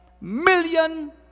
million